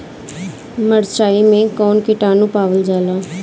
मारचाई मे कौन किटानु पावल जाला?